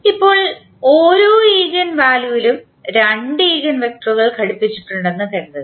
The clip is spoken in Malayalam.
ഇപ്പോൾ ഓരോ ഈഗൻവാല്യുവിലും രണ്ട് ഈഗൻവെക്ടറുകൾ ഘടിപ്പിച്ചിട്ടുണ്ടെന്ന് കരുതുക